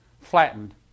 flattened